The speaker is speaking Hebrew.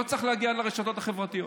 לא צריך להגיע עד לרשתות החברתיות.